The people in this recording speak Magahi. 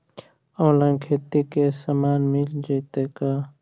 औनलाइन खेती के सामान मिल जैतै का?